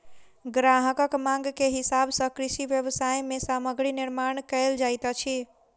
ग्राहकक मांग के हिसाब सॅ कृषि व्यवसाय मे सामग्री निर्माण कयल जाइत अछि